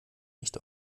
nicht